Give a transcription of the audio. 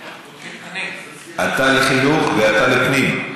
אתה לחינוך ואתה לפנים.